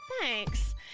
Thanks